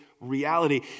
reality